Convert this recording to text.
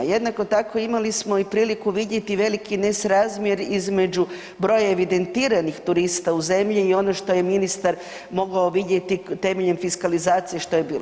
Jednako tako imali smo i priliku vidjeti i veliki nesrazmjer između broja evidentiranih turista u zemlji i ono što je ministar mogao vidjeti temeljem fiskalizacije što je bilo.